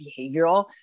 behavioral